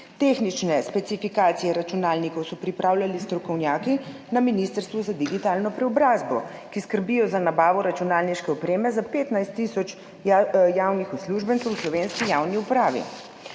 Tehnične specifikacije računalnikov so pripravljali strokovnjaki na ministrstvu za digitalno preobrazbo, ki skrbijo za nabavo računalniške opreme za 15 tisoč javnih uslužbencev v slovenski javni upravi.